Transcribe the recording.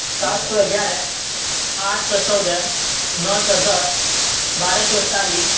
سات سو گیارہ آٹھ سو چودہ نو سو دس بارہ سو اکتالیس